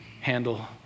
handle